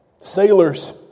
Sailors